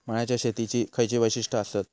मळ्याच्या शेतीची खयची वैशिष्ठ आसत?